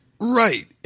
Right